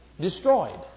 Destroyed